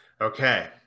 Okay